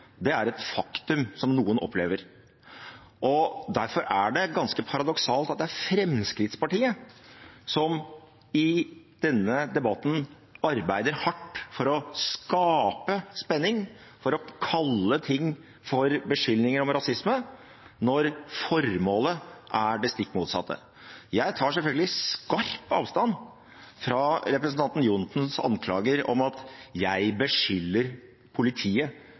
Det er et faktum som noen opplever. Derfor er det ganske paradoksalt at det er Fremskrittspartiet som i denne debatten arbeider hardt for å skape spenning, for å kalle ting for beskyldninger om rasisme, når formålet er det stikk motsatte. Jeg tar selvfølgelig skarp avstand fra representanten Johnsens anklager om at jeg beskylder politiet